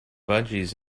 budgies